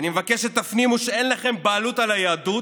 מבקש שתפנימו שאין לכם בעלות על היהדות,